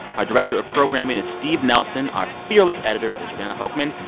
our director of programming is steve nelson. our fearless editor is jordana hochman.